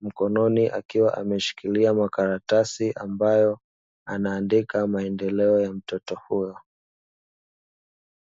mkononi akiwa ameshikilia makaratasi ambayo anaandika maendeleo ya mtoto huyo.